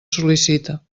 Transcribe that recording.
sol·licita